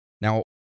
Now